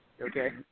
Okay